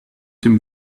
dem